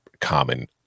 common